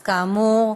כאמור,